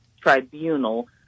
tribunal